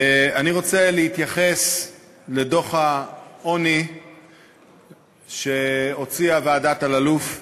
אני רוצה להתייחס לדוח העוני שהוציאה ועדת אלאלוף.